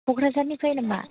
क'क्राझारनिफ्राय नामा